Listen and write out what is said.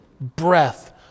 breath